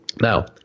Now